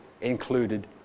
included